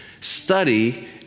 study